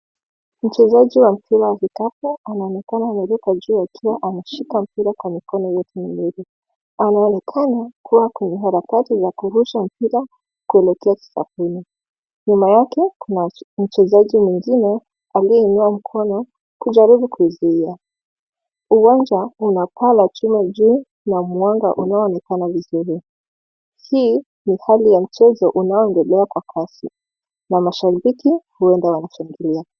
Mchezaji wa mpira wa vikapu anaonekana ameruka juu akiwa ameshika mpira kwa mikono yake miwili anaonekana kua kwenye harakati za kurusha mpira kuelekea kikapuni nyuma yake kuna mchezaji mwingine aliyeinua mkono kujaribu kuzia. Uwanja una paa la chuma juu na mwanga unaoonekana vizuri. Hii ni hali ya mchezo unaoendelea kwa kasi na mashabiki huenda wanashangilia.